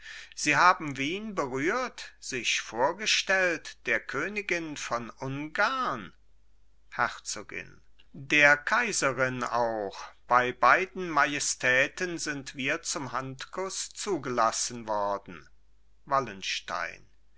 sie haben wien berührt sich vorgestellt der königin von ungarn herzogin der kaiserin auch bei beiden majestäten sind wir zum handkuß zugelassen worden wallenstein